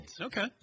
Okay